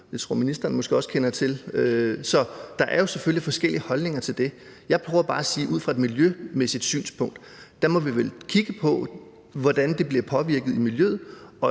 også ministeren kender til. Så der er jo selvfølgelig forskellige holdninger til det. Jeg prøver bare sige, at ud fra et miljømæssigt synspunkt må vi vel kigge på, hvordan miljøet bliver påvirket. Der